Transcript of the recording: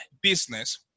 business